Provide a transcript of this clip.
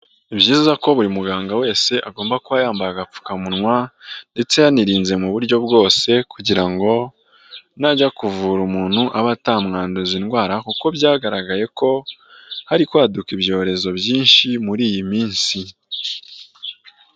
Ni byiza ko buri muganga wese agomba kuba yambaye agapfukamunwa ndetse yanirinze mu buryo bwose kugira ngo najya kuvura umuntu abe atamwanduza indwara kuko byagaragaye ko hari kwaduka ibyorezo byinshi muri iyi minsi.